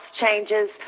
changes